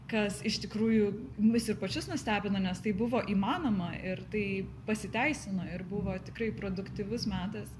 kas iš tikrųjų mus ir pačius nustebino nes tai buvo įmanoma ir tai pasiteisino ir buvo tikrai produktyvus metas